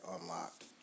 unlocked